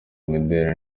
imideli